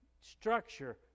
structure